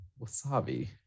wasabi